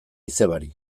izebari